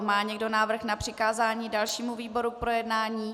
Má někdo návrh na přikázání dalšímu výboru k projednání?